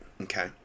okay